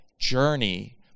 journey